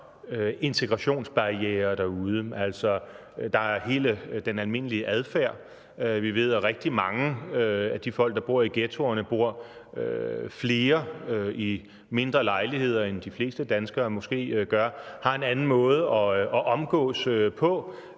integrationsbarrierer derude. Altså, der er hele den almindelige adfærd. Vi ved, at rigtig mange af de folk, der bor i ghettoerne, bor flere i mindre lejligheder, end de fleste danskere måske gør, og har en anden måde at omgås på